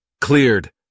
cleared